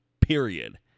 Period